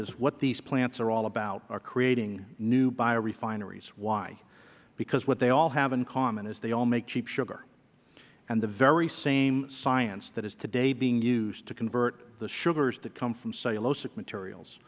is what these plants are all about are creating new biorefineries why because what they all have in common is they all make cheap sugar and the very same science that is today being used to convert the sugars that come from